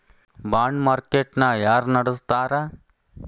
Bond market ನ ಯಾರ್ನಡ್ಸ್ತಾರ?